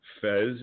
fez